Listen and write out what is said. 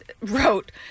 wrote